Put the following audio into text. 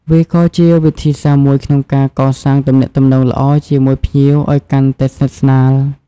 វាក៏ជាវិធីសាស្ត្រមួយក្នុងការកសាងទំនាក់ទំនងល្អជាមួយភ្ញៀវឱ្យកាន់តែស្និទ្ធស្នាល។